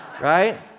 Right